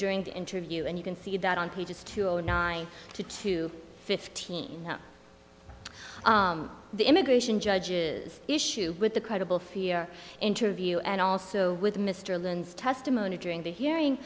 during the interview and you can see that on pages two or nine to two fifteen the immigration judges issue with the credible fear interview and also with mr lynn's testimony during the hearing